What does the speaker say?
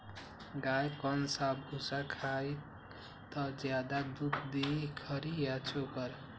गाय कौन सा भूसा खाई त ज्यादा दूध दी खरी या चोकर?